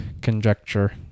conjecture